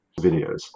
videos